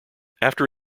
after